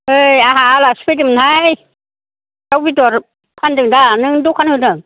ओइ आंहा आलासि फैदोंमोनहाय दाउ बेदर फानदों दा नों दखान होदों